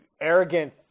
arrogant